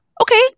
Okay